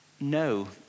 no